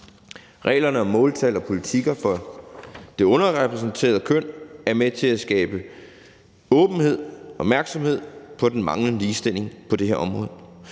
Reglerne om måltal og politikker for det underrepræsenterede køn er med til at skabe åbenhed og opmærksomhed på den manglende ligestilling på det her område,